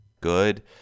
good